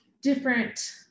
different